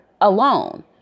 alone